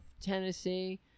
Tennessee